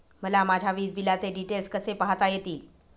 मला माझ्या वीजबिलाचे डिटेल्स कसे पाहता येतील?